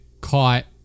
caught